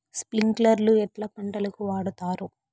స్ప్రింక్లర్లు ఎట్లా పంటలకు వాడుతారు?